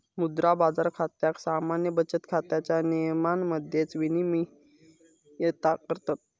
मुद्रा बाजार खात्याक सामान्य बचत खात्याच्या नियमांमध्येच विनियमित करतत